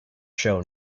show